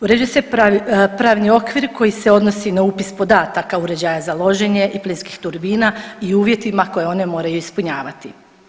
Uređuje se pravni okvir koji se odnosi na upis podataka uređaja za loženje i plinskih turbina i uvjetima koje one moraju ispunjavati.